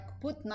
put